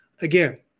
Again